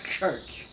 church